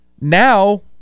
Now